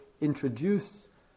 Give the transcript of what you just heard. introduce